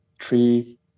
three